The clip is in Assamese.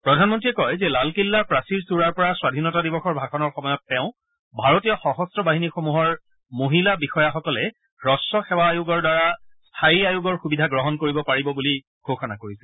প্ৰধানমন্ত্ৰীয়ে কয় যে লালকিল্লাৰ প্ৰাচীৰ চূড়াৰ পৰা স্বাধীনতা দিৱসৰ ভাষণৰ সময়ত তেওঁ ভাৰতীয় সশস্ত্ৰ বাহিনীসমূহৰ মহিলা বিষয়াসকলে হুস্ব সেৱা আয়োগৰ দ্বাৰা স্থায়ী আয়োগৰ সুবিধা গ্ৰহণ কৰিব পাৰিব বুলি তেওঁ ঘোষণা কৰিছিল